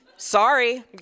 Sorry